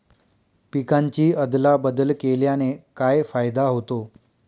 पिकांची अदला बदल केल्याने काय फायदा होतो?